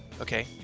okay